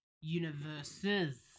universes